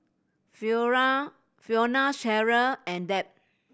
Fiona Fiona Cheryle and Deb